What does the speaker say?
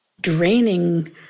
draining